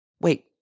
wait